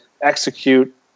execute